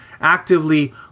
actively